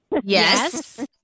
Yes